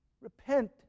Repent